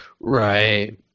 Right